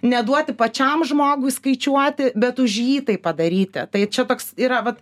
neduoti pačiam žmogui skaičiuoti bet už jį tai padaryti tai čia toks yra vat